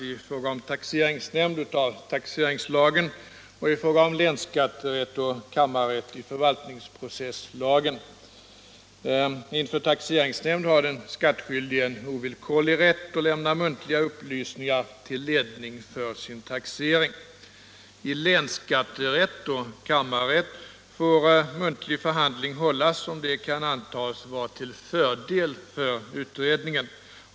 I länsskatterätt och kammarrätt får muntlig förhandling hållas om det kan antas vara till fördel för utredningen.